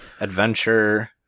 adventure